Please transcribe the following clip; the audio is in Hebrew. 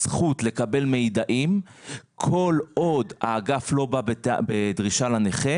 זכות לקבל מידע, כל עוד האגף לא בדרישה לנכה